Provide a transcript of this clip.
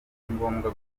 ngombwa